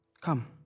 Come